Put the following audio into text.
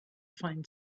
find